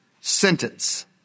sentence